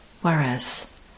whereas